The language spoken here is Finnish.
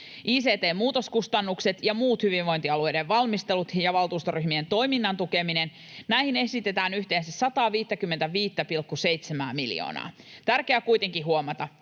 Ict-muutoskustannuksiin ja muihin hyvinvointialueiden valmisteluihin ja valtuustoryhmien toiminnan tukemiseen esitetään yhteensä 155,7:ää miljoonaa. Tärkeää on kuitenkin huomata,